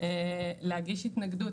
להגיש התנגדות.